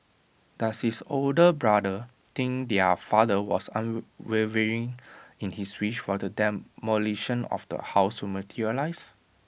does his older brother think their father was unwavering in his wish for the demolition of the house to materialise